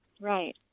Right